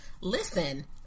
Listen